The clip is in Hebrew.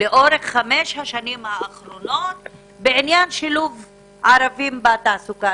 לאורך חמש השנים האחרונות בעניין שילוב ערבים בתעסוקה,